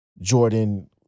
Jordan